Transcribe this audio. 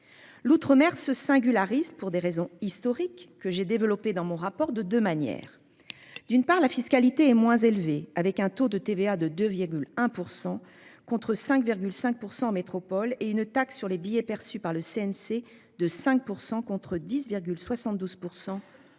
L'outre-mer se singularise pour des raisons historiques que j'ai développée dans mon rapport de 2 manières. D'une part la fiscalité est moins élevé avec un taux de TVA de 2,1% contre 5,5% en métropole et une taxe sur les billets perçus par le CNC de 5% contre 10 72 % en métropole